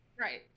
right